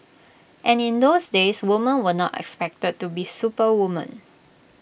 and in those days women were not expected to be superwomen